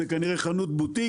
זאת כנראה חנות בוטיק,